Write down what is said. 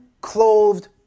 clothed